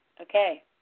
Okay